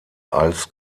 als